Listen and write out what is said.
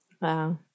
Wow